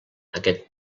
aquest